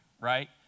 right